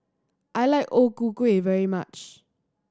I like O Ku Kueh very much